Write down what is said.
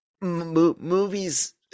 movies